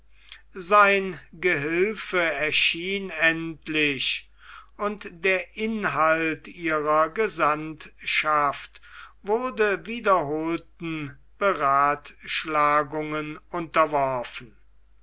sein gehilfe erschien endlich und der inhalt ihrer gesandtschaft wurde wiederholten beratschlagungen unterworfen